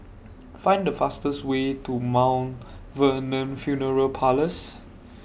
Find The fastest Way to Mount Vernon Funeral Parlours